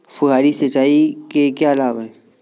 फुहारी सिंचाई के क्या लाभ हैं?